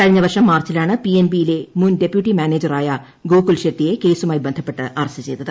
കഴിഞ്ഞ വർഷം മാർച്ചിലാണ് പിഎൻബിയിലെ മുൻ ഡെപ്യൂട്ടി മാനേജറായ ഗോകുൽ ഷെട്ടിയെ കേസുമായി ബന്ധപ്പെട്ട് അറസ്റ്റ് ചെയ്തത്